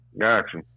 Gotcha